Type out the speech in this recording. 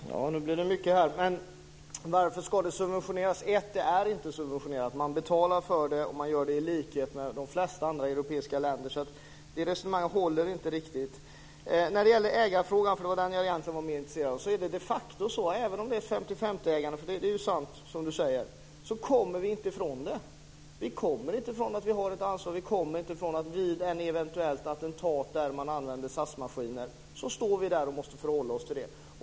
Fru talman! Nu blir det mycket här. Varför ska detta subventioneras? Men det är inte subventionerat. Man betalar för det, och man gör det i likhet med de flesta andra europeiska länderna. Det resonemanget håller därför inte riktigt. När det gäller ägarfrågan, som jag egentligen var mer intresserad av, är det de facto så, även om det är ett 50-50-ägande, att vi inte kommer ifrån att vi har ett ansvar och att vi vid ett eventuellt attentat där man använder SAS-maskiner står där och måste förhålla oss till det.